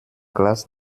glas